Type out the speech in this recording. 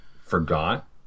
forgot